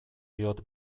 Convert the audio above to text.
diot